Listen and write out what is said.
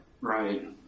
Right